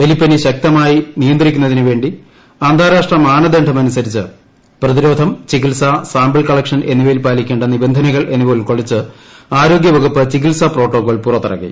എലിപ്പനി ശക്തമായി നിയന്ത്രിക്കുന്നതിനുവേണ്ടി അന്താരാഷ്ട്ര മാനദണ്ഡമനുസരിച്ച് പ്രതിരോധം ചികിത്സ സാമ്പിൾ കളക്ഷൻ എന്നിവയിൽ പാലിക്കേണ്ട നിബന്ധനകൾ എന്നിവ ഉൾക്കൊള്ളിച്ച് ആരോഗ്യവകുപ്പ് ചികിത്സ പ്പോട്ടോക്കോൾ പുറത്തിറക്കി